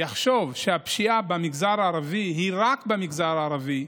יחשבו שהפשיעה במגזר הערבי היא רק במגזר הערבי,